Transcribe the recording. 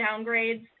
downgrades